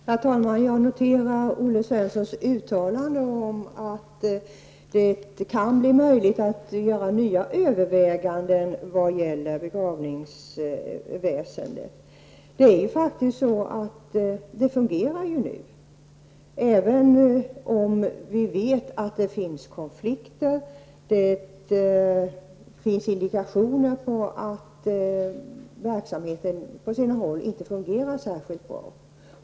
Herr talman! Jag noterar Olle Svenssons uttalande om att det kan bli aktuellt med nya överväganden vad gäller begravningsväsendet. Som det nu är fungerar det faktiskt, även om vi vet att det finns konflikter. Det finns också indikationer på att verksamheten på sina håll inte fungerar särskilt bra.